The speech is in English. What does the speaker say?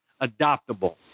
adoptable